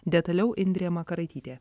detaliau indrė makaraitytė